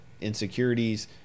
insecurities